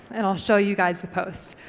and i'll show you guys the post.